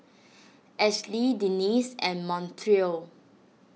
Ashli Denice and Montrell